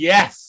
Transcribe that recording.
Yes